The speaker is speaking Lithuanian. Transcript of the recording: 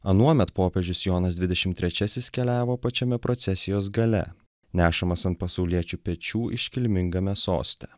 anuomet popiežius jonas dvidešim trečiasis keliavo pačiame procesijos gale nešamas ant pasauliečių pečių iškilmingame soste